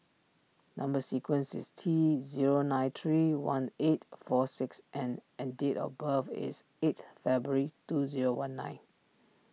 Number Sequence is T zero nine three one eight four six N and date of birth is eight February two zero one nine